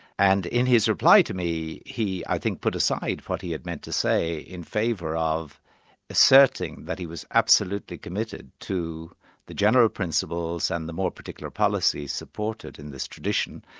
and in his reply to me, he i think put aside what he had meant to say in favour of asserting that he was absolutely committed to the general principles and the more particular policies supported in this tradition,